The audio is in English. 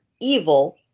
Evil